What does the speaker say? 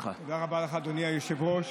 היושב-ראש.